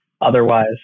Otherwise